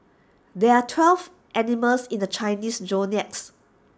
there are twelve animals in the Chinese zodiacs